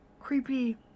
creepy